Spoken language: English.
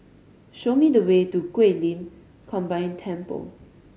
show me the way to Guilin Combined Temple